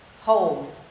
Hold